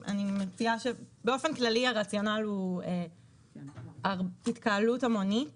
באופן כללי הרציונל הוא התקהלות המונית